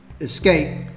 escape